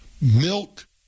milk